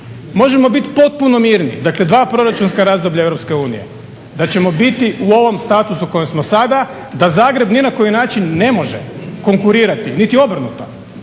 možemo biti popuno mirni, dakle dva proračunska razdoblja EU da ćemo biti u ovom statusu u kojem smo sada da Zagreb ni na koji način ne može konkurirati niti obrnuto